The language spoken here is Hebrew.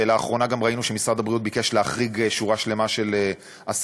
ולאחרונה גם ראינו שמשרד הבריאות ביקש להחריג שורה שלמה של עסקים,